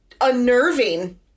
unnerving